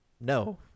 no